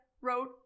wrote